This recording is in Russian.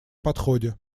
подходе